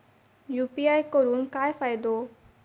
UPI करून काय फायदो?